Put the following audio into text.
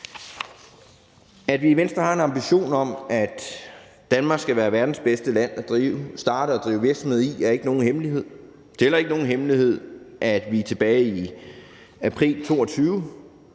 At vi i Venstre har en ambition om, at Danmark skal være verdens bedste land at starte og drive virksomhed i, er ikke nogen hemmelighed. Det er heller ikke nogen hemmelighed, at vi tilbage i april 2022